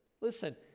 listen